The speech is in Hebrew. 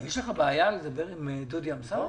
יש לך בעיה לדבר עם דודי אמסלם?